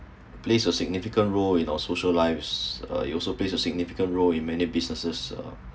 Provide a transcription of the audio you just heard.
place a significant role you know social lives uh it also place a significant role in many businesses uh